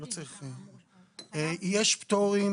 יש פטורים